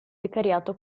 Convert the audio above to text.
vicariato